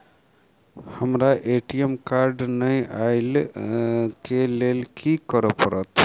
हमरा ATM card नै अई लई केँ लेल की करऽ पड़त?